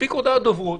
מספיק הודעת דוברות,